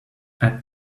add